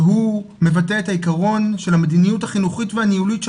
מבטא את העיקרון של המדיניות החינוכית והניהולית של